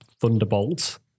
Thunderbolt